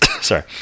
sorry